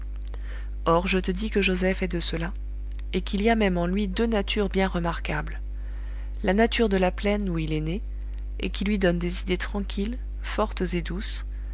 or je te dis que joseph est de ceux-là et qu'il y a même en lui deux natures bien remarquables la nature de la plaine où il est né et qui lui donne des idées tranquilles fortes et douces